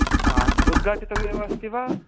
हा उद्घाटितं एव अस्ति वा